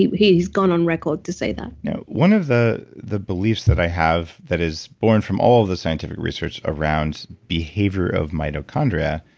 he's gone on record to say that you know one of the the beliefs that i have that is born from all the scientific research around behavior of mitochondria,